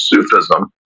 Sufism